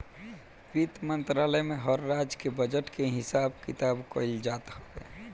वित्त मंत्रालय में हर राज्य के बजट के हिसाब किताब कइल जात हवे